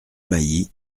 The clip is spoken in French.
mailly